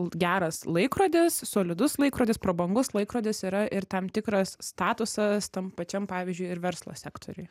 geras laikrodis solidus laikrodis prabangus laikrodis yra ir tam tikras statusas tam pačiam pavyzdžiui ir verslo sektoriuje